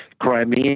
Crimea